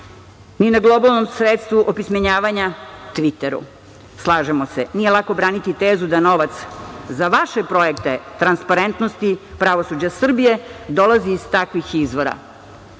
ni na globalnom sredstvu opismenjavanja „Tviteru“.Slažemo se, nije lako braniti tezu da novac za vaše projekte transparentnosti pravosuđa Srbije dolazi iz takvih izvora.